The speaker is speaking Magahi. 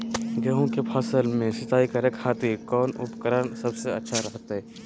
गेहूं के फसल में सिंचाई करे खातिर कौन उपकरण सबसे अच्छा रहतय?